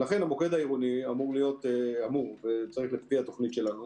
ולכן המוקד העירוני אמור וצריך, לפי התוכנית שלנו,